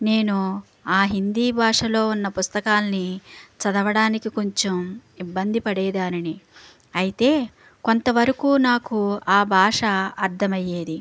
నేను ఆ హిందీ భాషలో ఉన్న పుస్తకాల్ని చదవడానికి కొంచెం ఇబ్బంది పడేదాన్ని అయితే కొంతవరకు నాకు ఆ భాష అర్థమయ్యేది